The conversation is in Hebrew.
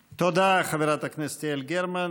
תודה, חברת הכנסת יעל גרמן.